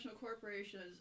corporations